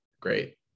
Great